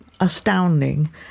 astounding